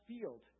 field